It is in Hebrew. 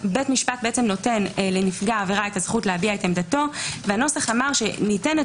בית משפט נותן לנפגע עבירה הזכות להביע עמדתו והנוסח אמר שניתנת